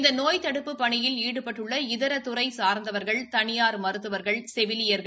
இந்த நோய் தடுப்புப் பணியில் ஈடுபட்டுள்ள இதர துறை சார்ந்தவர்கள் தனியார் மருத்துவர்கள் செவிலியர்கள்